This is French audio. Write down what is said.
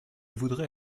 voudrais